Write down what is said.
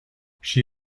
she